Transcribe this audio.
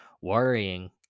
worrying